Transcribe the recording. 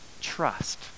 trust